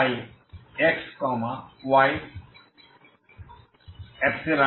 তাই x y∈R2t0